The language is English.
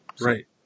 right